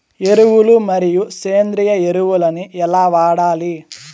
ఎరువులు మరియు సేంద్రియ ఎరువులని ఎలా వాడాలి?